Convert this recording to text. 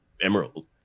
Emerald